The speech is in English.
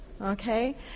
okay